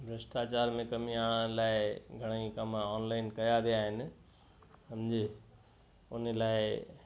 भ्रष्टाचार में कमी आणण लाइ घणई कम ऑनलाइन कया विया आहिनि सम्झे उन लाइ